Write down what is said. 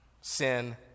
sin